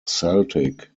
celtic